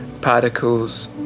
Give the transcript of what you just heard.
particles